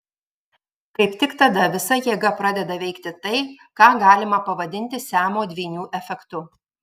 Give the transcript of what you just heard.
kaip tik tada visa jėga pradeda veikti tai ką galima pavadinti siamo dvynių efektu